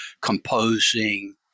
composing